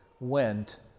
went